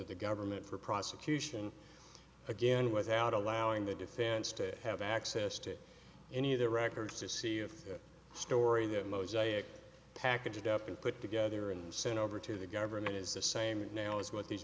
to the government for prosecution again without allowing the defense to have access to any of their records to see if the story that mosaic packaged up and put together and sent over to the government is the same now as what these